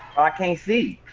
i can't see.